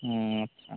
হুঁ আচ্ছা